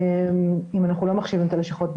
אם אנחנו לא מחשיבים את הלשכות,